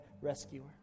rescuer